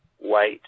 white